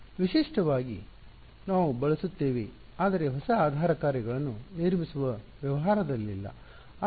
ವಿಶಿಷ್ಟವಾಗಿ ನಾವು ಬಳಸುತ್ತೇವೆ ಆದರೆ ಹೊಸ ಆಧಾರ ಕಾರ್ಯಗಳನ್ನು ನಿರ್ಮಿಸುವ ವ್ಯವಹಾರದಲ್ಲಿಲ್ಲ